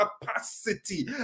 capacity